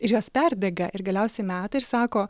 ir jos perdega ir galiausiai meta ir sako